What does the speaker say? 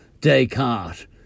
Descartes